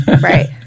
Right